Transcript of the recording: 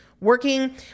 working